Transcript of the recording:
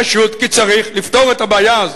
פשוט כי צריך לפתור את הבעיה הזאת,